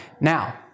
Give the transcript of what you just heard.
Now